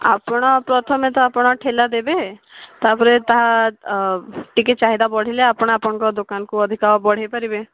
ଆପଣ ପ୍ରଥମେ ତ ଆପଣ ଠେଲା ଦେବେ ତା'ପରେ ତାହା ଟିକିଏ ଚାହିଦା ବଢ଼ିଲେ ଆପଣ ଆପଣଙ୍କ ଦୋକାନକୁ ଅଧିକ ବଢ଼େଇ ପାରିବେ